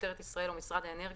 משטרת ישראל או משרד האנרגיה,